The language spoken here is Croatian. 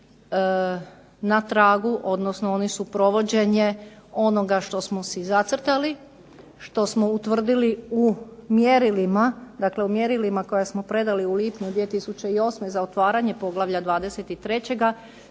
na tragu, odnosno oni su provođenje onoga što smo si zacrtali, što smo utvrdili u mjerilima. Dakle, u mjerilima koja smo predali u lipnju 2008. za otvaranje poglavlja 23. smo